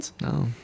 No